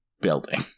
building